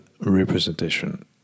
Representation